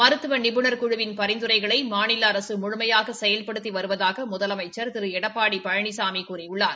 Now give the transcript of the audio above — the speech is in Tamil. மருத்துவ நிபுணா் குழுவின் பரிந்துரைகளை மாநில அரசு முழுமையாக செயல்படுத்தி வருவதாக முதலமைச்சள் திரு எடப்பாடி பழனிசாமி கூறியுள்ளார்